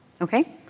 Okay